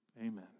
Amen